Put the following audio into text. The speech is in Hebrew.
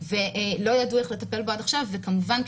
ולא ידעו איך לטפל בו עד עכשיו וכמובן,